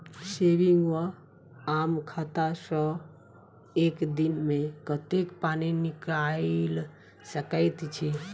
Saving वा आम खाता सँ एक दिनमे कतेक पानि निकाइल सकैत छी?